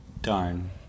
darn